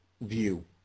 view